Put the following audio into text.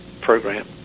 program